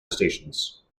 stations